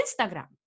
Instagram